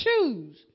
choose